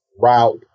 route